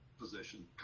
position